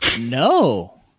No